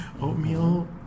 Oatmeal